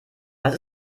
was